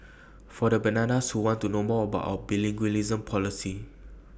for the bananas who want to know more about our bilingualism policy